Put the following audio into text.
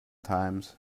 times